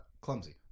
clumsy